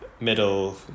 middle